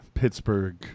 Pittsburgh